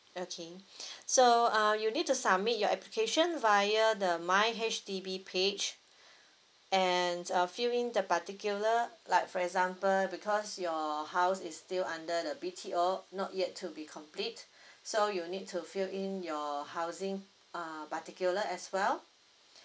okay so uh you need to submit your application via the my H_D_B page and uh fill in the particular like for example because your house is still under the B_T_O not yet to be complete so you need to fill in your housing uh particular as well